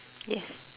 yes